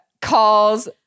calls